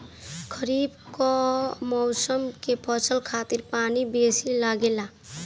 खरीफ कअ मौसम के फसल खातिर पानी बेसी लागेला